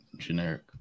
generic